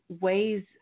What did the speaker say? ways